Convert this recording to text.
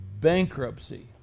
bankruptcy